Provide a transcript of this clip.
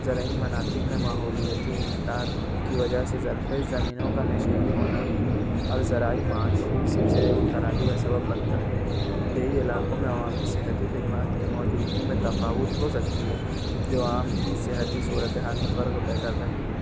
زرعی مناطق میں ماحولیاتی انحطاط کی وجہ سے زرخیز زمینوں کا نشیبی ہونا اور زرعی معاشی سلسلے کی خرابی کا سبب بنتا ہے دیہی علاقوں میں عوامی صحتی خدمات کی موجودگی میں تفاوت ہو سکتی ہے جو عوام کی صحتی صورتحال میں فرق پیدا کرتی ہے